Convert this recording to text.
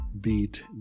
beat